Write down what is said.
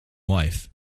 wife